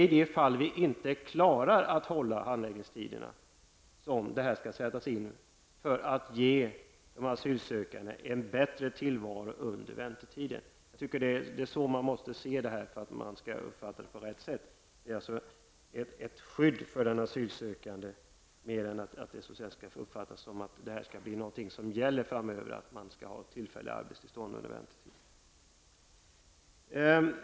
I de fall man inte klarar av att hålla handläggningstiderna skall arbetstillstånd kunna beviljas för att de asylsökande skall få en bättre tillvaro under väntetiden. Jag tycker att det är på det här sättet man måste se detta för att kunna uppfatta det på rätt sätt. Det är inte fråga om att man generellt framöver skall ha tillfälligt arbetstillstånd under väntetiden, utan det är ett skydd för den asylsökande.